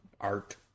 art